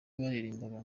baririmbaga